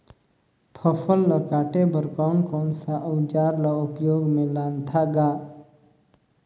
फसल ल काटे बर कौन कौन सा अउजार ल उपयोग में लानथा गा